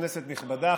כנסת נכבדה,